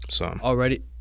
Already